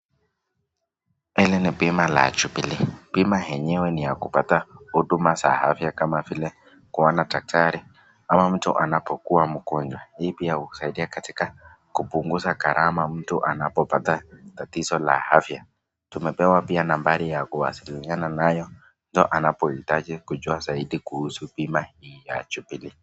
Hili ni bima la Jubilee. Bima yenyewe ni ya kupata huduma za afya kama vile kuona daktari ama mtu anapokuwa mgonjwa. Hii pia husaidia katika kupunguza gharama mtu anapopata tatizo la afya. Tumepewa pia nambari ya kuwasiliana nayo mtu anapohitaji kujua zaidi kuhusu bima hii ya Jubilee.